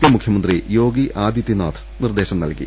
P മുഖ്യമന്ത്രി യോഗി ആദിത്യനാഥ് നിർദേശം നൽകി